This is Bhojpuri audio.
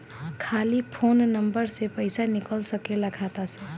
खाली फोन नंबर से पईसा निकल सकेला खाता से?